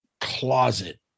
Closet